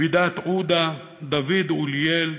גוודת עודה, דוד עוליאל,